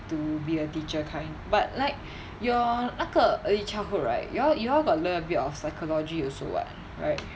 to be a teacher kind but like your 那个 early childhood right you all you all got little bit of psychology also [what] right